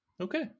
Okay